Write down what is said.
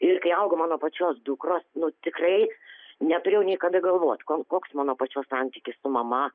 ir kai augo mano pačios dukros nu tikrai neturėjau nei kada galvot koks mano pačios santykis su mama